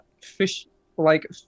Fish-like